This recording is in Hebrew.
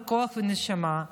כוח ונשמה,